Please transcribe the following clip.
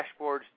dashboards